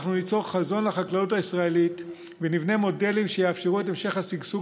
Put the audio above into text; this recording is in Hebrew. אנחנו ניצור חזון לחקלאות הישראלית ונבנה מודלים שיאפשרו את המשך השגשוג